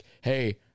hey